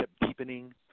deepening